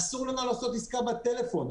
אסור לנו לעשות עסקה בטלפון,